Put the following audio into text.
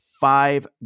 five